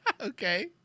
Okay